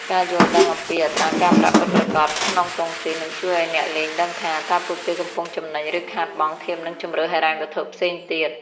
ការយល់ដឹងអំពី "អត្រាការប្រាក់ពិតប្រាកដ" ក្នុងតុងទីន នឹងជួយឱ្យអ្នកលេងដឹងថា តើពួកគេកំពុងចំណេញ ឬខាតបង់ធៀបនឹងជម្រើសហិរញ្ញវត្ថុផ្សេងទៀត។